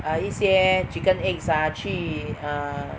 err 一些 chicken eggs ah 去 err